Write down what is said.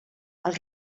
els